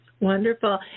Wonderful